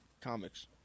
comics